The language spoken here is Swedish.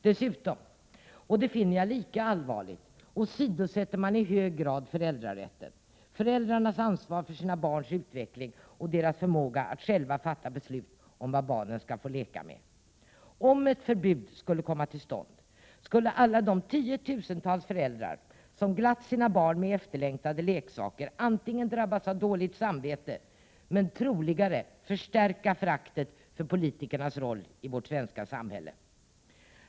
Dessutom — och det finner jag lika allvarligt — åsidosätter man i hög grad föräldrarätten, föräldrarnas ansvar för sina barns utveckling och föräldrarnas förmåga att själva fatta beslut om vad barnen skall få leka med. Om ett förbud skulle komma till stånd, skulle alla de tiotusentals föräldrar som har glatt sina barn med efterlängtade leksaker drabbas av dåligt samvete men dessutom — och troligare — förstärkas i sitt förakt för politikernas roll i vårt svenska samhälle.